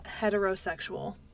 Heterosexual